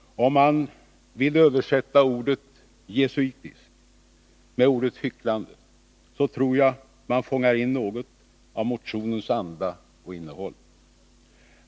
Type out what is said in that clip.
Om man vill översätta ordet jesuitisk med ordet hycklande, så tror jag man fångar in något av motionens anda och innehåll.